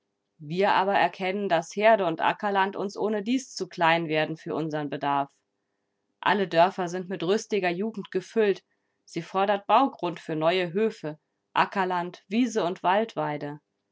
wir aber erkennen daß herde und ackerland uns ohnedies zu klein werden für unsern bedarf alle dörfer sind mit rüstiger jugend gefüllt sie fordert baugrund für neue höfe ackerland wiese und waldweide